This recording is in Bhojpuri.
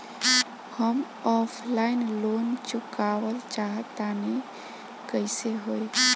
हम ऑफलाइन लोन चुकावल चाहऽ तनि कइसे होई?